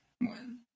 one